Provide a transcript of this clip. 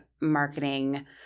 marketing